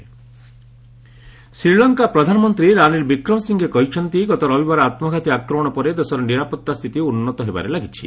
ଲଙ୍କା PM interview Sri Lanka ପ୍ରଧାନମନ୍ତ୍ରୀ ରାନୀଲ୍ ବିକ୍ରମାସିଂଘେ କହିଛନ୍ତି ଗତ ରବିବାର ଆତ୍କଘାତୀ ଆକ୍ରମଣ ପରେ ଦେଶର ନିରାପତ୍ତା ସ୍ଥିତି ଉନ୍ନତ ହେବାରେ ଲାଗିଛି